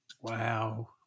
Wow